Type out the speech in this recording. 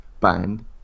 band